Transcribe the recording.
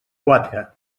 quatre